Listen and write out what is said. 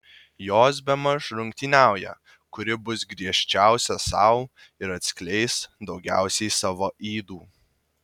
jos bemaž rungtyniauja kuri bus griežčiausia sau ir atskleis daugiausiai savo ydų